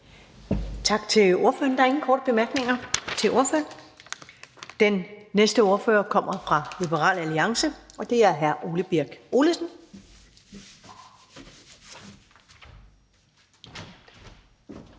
Tak til ordføreren. Der er ikke nogen korte bemærkninger til ordføreren. Den næste ordfører kommer fra Enhedslisten, og det er hr. Christian